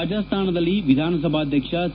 ರಾಜಸ್ತಾನದಲ್ಲಿ ವಿಧಾನಸಭಾಧ್ಯಕ್ಷ ಸಿ